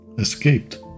escaped